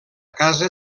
casa